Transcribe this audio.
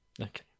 Okay